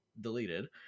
deleted